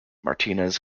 martinez